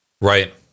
Right